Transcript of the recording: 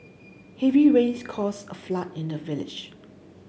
heavy rains caused a flood in the village